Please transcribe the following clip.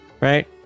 right